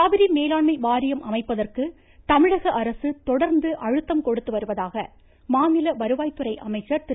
காவிரி மேலாண்மை வாரியம் அமைப்பதற்கு தமிழக அரசு தொடர்ந்து அழுத்தம் கொடுத்து வருவதாக மாநில வருவாய் துறை அமைச்சர் திரு